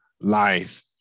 life